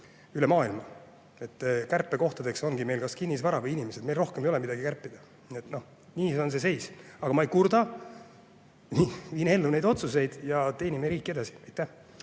üle maailma. Kärpekohtadeks ongi meil kas kinnisvara või inimesed, meil rohkem ei ole midagi kärpida. Nii et selline on see seis. Aga ma ei kurda, viin ellu neid otsuseid ja teenime riik edasi.